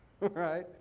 right